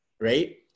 Right